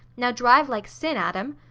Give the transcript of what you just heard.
now drive like sin, adam!